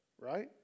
right